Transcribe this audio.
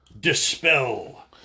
dispel